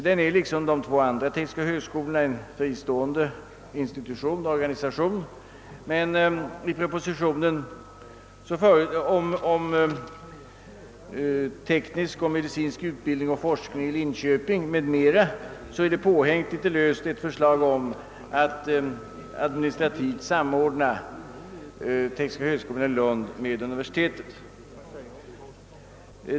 Denna är liksom de båda andra tekniska högskolorna en fristående organisation, men i propositionen om teknisk och medicinsk utbildning och forskning i Linköping m.m. är litet löst påhängt ett förslag om att administrativt sammanföra tekniska högskolan i Lund med Lunds universitet.